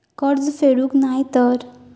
कर्ज फेडूक नाय तर?